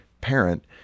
parent